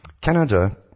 Canada